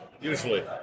Usually